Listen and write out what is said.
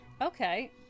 Okay